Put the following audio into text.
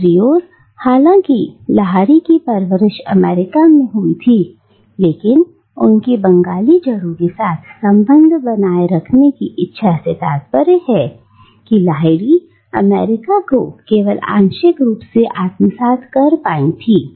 दूसरी ओर हालांकि लाहिरी की परवरिश अमेरिका में हुई थी लेकिन उनकी बंगाली जड़ों के साथ संबंध बनाए रखने की इच्छा से तात्पर्य है कि लाहिड़ी अमेरिका को केवल आंशिक रूप से ही आत्मसात कर पाई थी